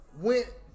went